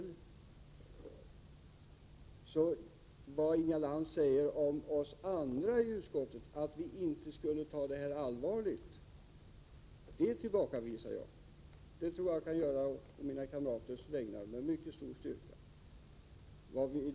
Lär Men jag tillbakavisar det Inga Lantz säger om oss andra i utskottet, att vi inte skulle ta frågan på allvar. Det tror jag att jag med mycket stor styrka kan göra å mina kamraters vägnar.